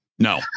No